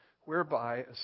whereby